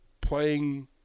playing